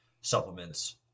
supplements